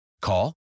Call